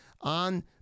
on